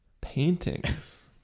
Paintings